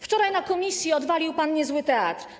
Wczoraj w komisji odwalił pan niezły teatr.